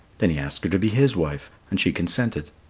then he asked her to be his wife and she consented.